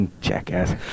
Jackass